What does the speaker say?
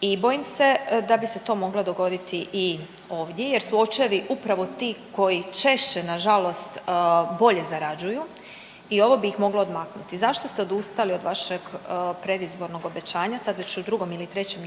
i bojim se da bi se to moglo dogoditi i ovdje jer su očevi upravo ti koji češće nažalost bolje zarađuju i ovo bi ih moglo odmaknuti. Zašto ste odustali od vašeg predizbornog obećanja sad već u drugom ili trećem